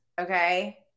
Okay